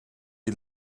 die